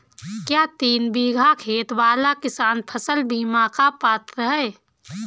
क्या तीन बीघा खेत वाला किसान फसल बीमा का पात्र हैं?